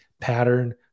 pattern